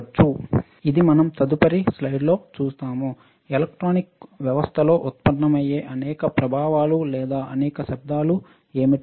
ఇది మనం తదుపరి స్లయిడ్లో చూస్తాము ఎలక్ట్రానిక్ వ్యవస్థలో ఉత్పన్నమయ్యే అనేక ప్రభావాలు లేదా అనేక శబ్దలు ఏమిటి